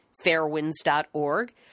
fairwinds.org